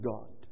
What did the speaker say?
God